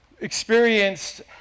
experienced